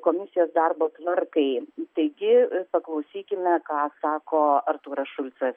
komisijos darbo tvarkai taigi paklausykime ką sako artūras šulcas